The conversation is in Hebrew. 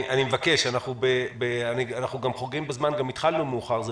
אנחנו חורגים בזמן וגם התחלנו מאוחר אבל